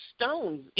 stones